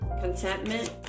contentment